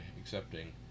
accepting